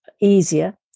easier